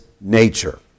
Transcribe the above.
nature